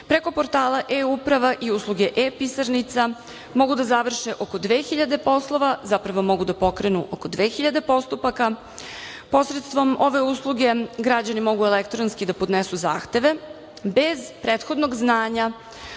preko portala e-uprava i usluge e-pisarnica mogu da završe oko 2.000 poslova, zapravo mogu da pokrenu oko 2.000 postupaka. Posredstvom ove usluge građani mogu elektronski da podnesu zahteve bez prethodnog znanja